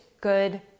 good